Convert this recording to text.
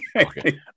Okay